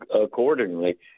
accordingly